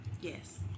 Yes